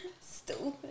Stupid